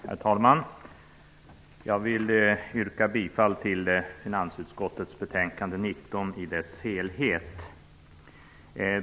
Herr talman! Jag vill yrka bifall till finansutskottets hemställan i dess helhet.